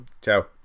Ciao